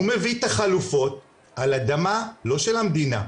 הוא מביא את החלופות על אדמה לא של המדינה,